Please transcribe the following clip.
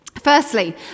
Firstly